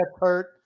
hurt